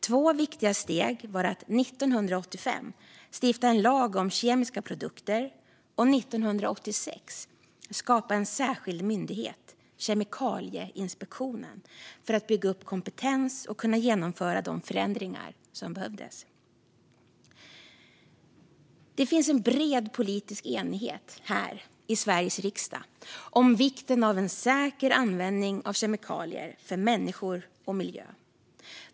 Två viktiga steg var att 1985 stifta en lag om kemiska produkter och att 1986 skapa en särskild myndighet, Kemikalieinspektionen, för att bygga upp kompetens och kunna genomföra de förändringar som behövdes. Det finns en bred politisk enighet här i Sveriges riksdag om vikten av en säker användning av kemikalier för människor och miljö.